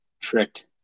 tricked